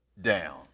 down